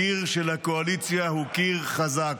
הקיר של הקואליציה הוא קיר חזק.